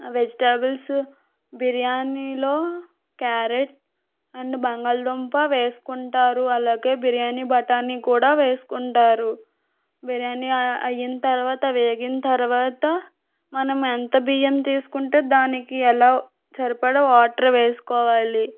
vegetables బిర్యానీలో carrot and బంగాళదుంప వేసుకుంటారు అలాగే బిర్యానీ బఠానీ కూడా వేసుకుంటారు బిర్యానీ అయిన తరువాత వేగిన తరువాత మనం ఎంత బియ్యం తీసుకుంటే దానికి ఎలా సరిపడా వాటర్ వేసుకోవాలి